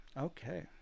okay